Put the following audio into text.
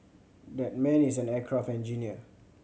that man is an aircraft engineer